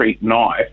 knife